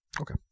Okay